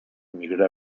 migra